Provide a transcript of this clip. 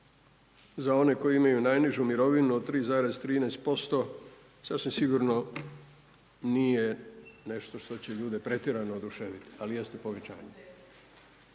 za one koji imaju najnižu mirovinu od 3,13% sasvim sigurno nije nešto što će ljude pretjerano oduševiti, ali jeste povećanje,